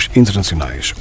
internacionais